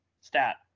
stat